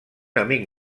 amic